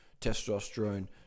testosterone